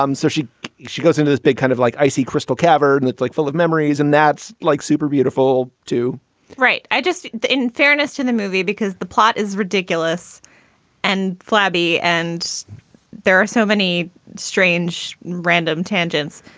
um so she she goes into this big kind of like icy crystal cavern and it's like full of memories. and that's like super beautiful, too right. i just in fairness to the movie, because the plot is ridiculous and flabby and there are so many strange random tangents.